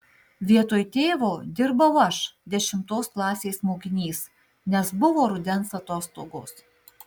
vietoj tėvo dirbau aš dešimtos klasės mokinys nes buvo rudens atostogos